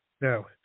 Now